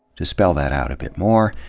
to spell that out a b it more,